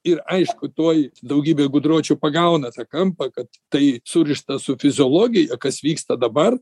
ir aišku tuoj daugybė gudročių pagauna tą kampą kad tai surišta su fiziologija kas vyksta dabar